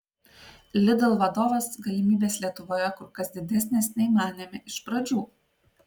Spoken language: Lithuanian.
lidl vadovas galimybės lietuvoje kur kas didesnės nei manėme iš pradžių